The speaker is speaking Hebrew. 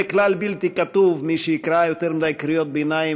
וכלל בלתי כתוב: מי שיקרא יותר מדי קריאות ביניים